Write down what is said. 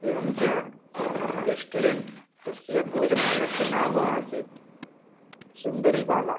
एवं च रेश्टोरेण्ट् तस्य भोजनालयस्य नाम असीत् सुन्दरी बाला